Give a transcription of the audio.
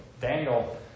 Daniel